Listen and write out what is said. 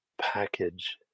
package